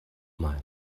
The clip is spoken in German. mal